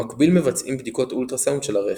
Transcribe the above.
במקביל מבצעים בדיקות אולטרה סאונד של הרחם.